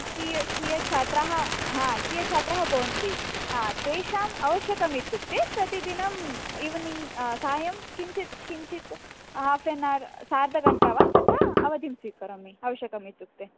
कियत् कियत् छात्राः हा कियच्छात्राः भवन्ति हा तेषाम् अवश्यकम् इत्युक्ते प्रतिदिनं ईविनिङ्ग् सायं किञ्चित् किञ्चित् हाफ़् एन् आर् सार्धघण्टा वा तथा अवधिं स्वीकरोमि अवश्यकम् इत्युक्ते